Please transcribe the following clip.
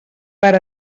per